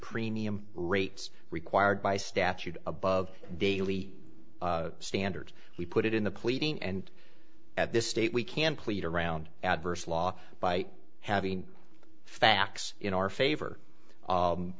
premium rates required by statute above daily standard we put it in the pleading and at this state we can plead around adverse law by having the facts in our favor